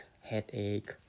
headache